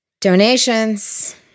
Donations